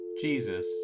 Jesus